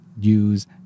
use